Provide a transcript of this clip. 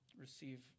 Receive